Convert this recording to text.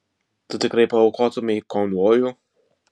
tu tikrai paaukotumei konvojų